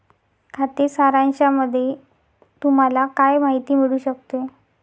खाते सारांशामध्ये तुम्हाला काय काय माहिती मिळू शकते?